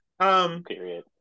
Period